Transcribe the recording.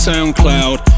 SoundCloud